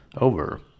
over